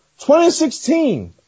2016